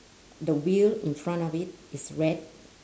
the wheel in front of it is red